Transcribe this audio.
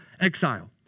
exile